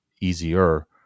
easier